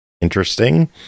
interesting